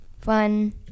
fun